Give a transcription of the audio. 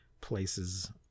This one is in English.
places